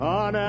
on